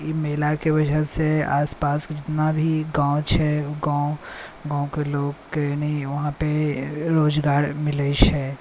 ई मेलाके वजहसे आसपास जितना भी गाँव छै ओ गाँवके लोककेँ वहाँपे रोजगार मिलैत छै